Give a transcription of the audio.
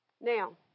now